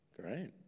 Great